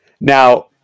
Now